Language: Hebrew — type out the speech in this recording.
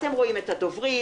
אתם רואים את הדוברים,